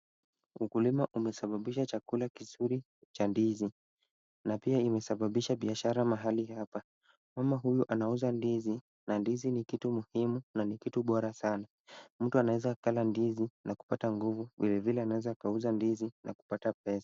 Ukulima umesabababisha chakula kizuri cha ndizi na pia imesabababisha . Biashara mahali hapa. Mama huyu anauza ndizi na ndizi ni kitu muhimu na ni kitu bora sana. Mtu anaweza akala ndizi na kupata nguvu vilevile anaweza kuuza ndizi na kupata pesa.